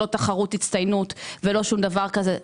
לא תחרות הצטיינות ולא שום דבר כזה.